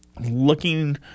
Looking